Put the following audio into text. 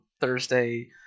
Thursday